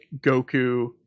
Goku